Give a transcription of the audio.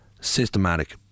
systematic